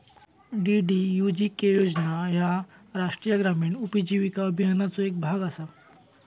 DDUGK योजना ह्या राष्ट्रीय ग्रामीण उपजीविका अभियानाचो येक भाग असा